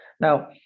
Now